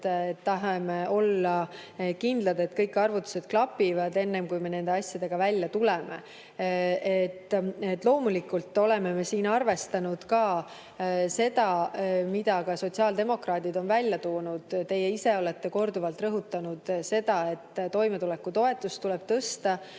tahame olla kindlad, et kõik arvutused klapiksid, enne kui me nende asjadega välja tuleme. Loomulikult oleme siin arvestanud ka seda, mida sotsiaaldemokraadid on välja toonud. Te ise olete korduvalt rõhutanud, et toimetulekutoetust tuleb tõsta,